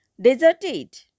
deserted